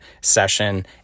session